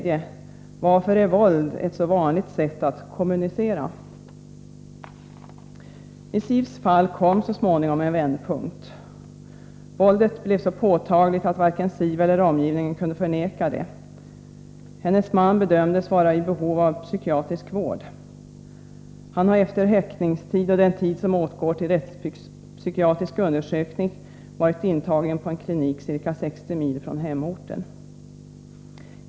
Varför är våld ett så vanligt sätt att kommunicera? I Sivs fall kom så småningom en vändpunkt. Våldet blev så påtagligt att varken Siv eller omgivningen kunde förneka det. Hennes man bedömdes vara i behov av psykiatrisk vård. Han har efter häktningstid och den tid som åtgår för rättspsykiatrisk undersökning varit intagen på en klinik ca 60 mil från hemorten.